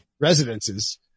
residences